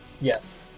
Yes